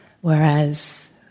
Whereas